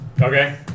Okay